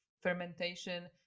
fermentation